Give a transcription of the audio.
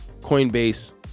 Coinbase